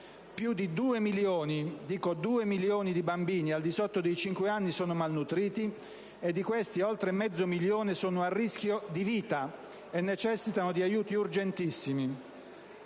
Più di 2 milioni di bambini al di sotto dei 5 anni sono malnutriti: di questi, oltre mezzo milione sono a rischio di vita e necessitano di aiuti urgentissimi.